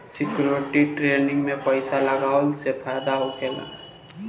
security trading में पइसा लगावला से फायदा होखेला